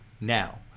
now